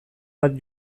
bat